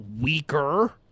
weaker